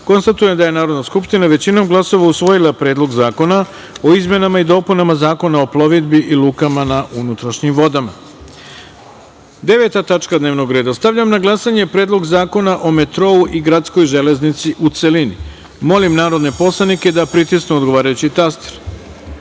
dvoje. Konstatujem da je Narodna skupština, većinom glasova, usvojila Predlog zakona o izmenama i dopunama Zakona o plovidbi i lukama na unutrašnjim vodama. Deveta tačka dnevnog reda. Stavljam na glasanje Predlog zakona o metrou i gradskoj železnici, u celini. Molim narodne poslanike da pritisnu odgovarajući